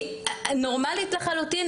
אני נורמלית לחלוטין.